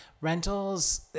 rentals